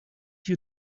you